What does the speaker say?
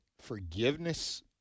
Forgiveness